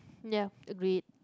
ya agreed